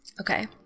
Okay